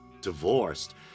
divorced